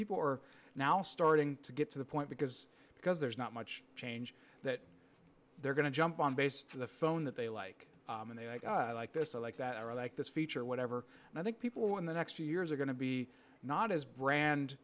people are now starting to get to the point because because there's not much change that they're going to jump on based on the phone that they like and they like this i like that i like this feature or whatever and i think people in the next few years are going to be not as brand